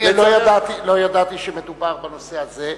לא ידעתי שמדובר בנושא הזה.